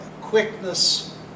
Quickness